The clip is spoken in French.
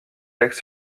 textes